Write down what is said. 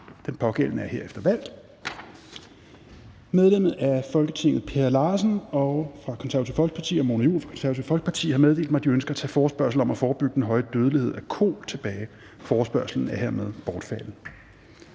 Den pågældende er herefter valgt. Medlemmer af Folketinget Per Larsen (KF) og Mona Juhl (KF) har meddelt mig, at de ønsker at tage forespørgsel nr. F 33 om at forebygge den høje dødelighed af kol tilbage. Forespørgslen er hermed bortfaldet.